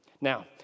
Now